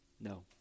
No